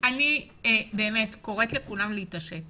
אני קוראת לכולם להתעשת